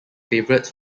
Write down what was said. favourites